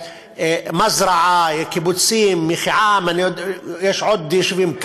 מזרעה, לקיבוצים יחיעם, כברי, ויש עוד יישובים.